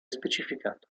specificato